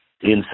inside